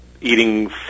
eating